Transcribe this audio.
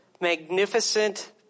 magnificent